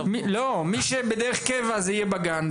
מי שהיא בדרך קבע, זה יהיה בגן.